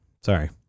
Sorry